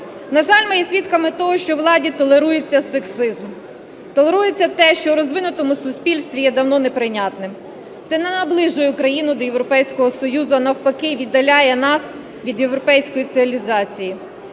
На жаль, ми є свідками того, що у владі толерується сексизм, толерується те, що в розвинутому суспільстві є давно неприйнятним. Це не наближує Україну до Європейського Союзу, а навпаки віддаляє нас від європейської цивілізації.